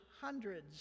hundreds